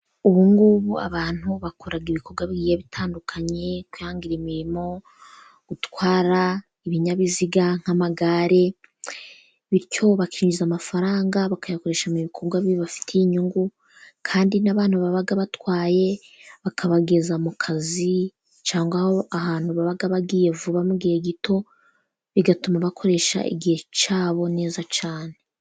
Ubu ngubu abantu bakora ibikorwa bigiye bitandukanye kwihangira imirimo, gutwara ibinyabiziga nk'amagare, bityo bakinjiza amafaranga bakayakoresha mu bikorwa bibafitiye inyungu. Kandi n'abantu baba batwaye bakabageza mu kazi, cyangwa ahantu baba bagiye vuba mu gihe gito, bigatuma bakoresha igihe cyabo neza cyane.